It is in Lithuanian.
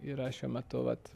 yra šiuo metu vat